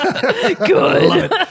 Good